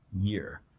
year